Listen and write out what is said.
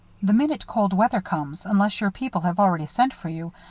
the minute cold weather comes, unless your people have already sent for you,